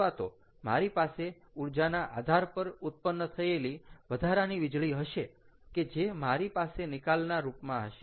અથવા તો મારી પાસે ઊર્જાના આધાર પર ઉત્પન્ન થયેલી વધારાની વીજળી હશે કે જે મારી પાસે નીકાલના રૂપમાં હશે